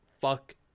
fuck